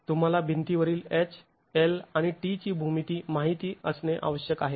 तुंम्हाला भिंतीवरील h L आणि t ची भूमिती माहित असणे आवश्यक आहे